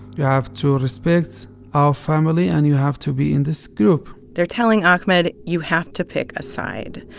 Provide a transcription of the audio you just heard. you have to respect our family, and you have to be in this group they're telling ahmed, you have to pick a side.